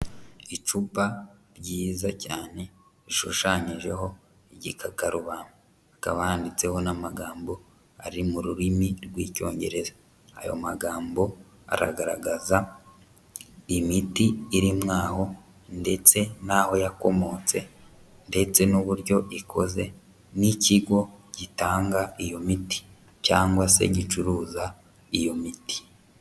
Icupa ryiza cyane rishushanyijeho igikaruba hakaba handitseho n'amagambo ari mu rurimi rw'Icyongereza, ayo magambo aragaragaza imiti irimo aho ndetse n'aho yakomotse ndetse n'uburyo ikoze n'ikigo gitanga iyo miti cyangwa se gicuruza iyo miti.